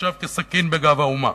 נחשב כסכין בגב האומה,